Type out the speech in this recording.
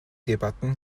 debatten